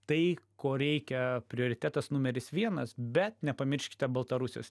tai ko reikia prioritetas numeris vienas bet nepamirškite baltarusijos